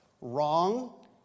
wrong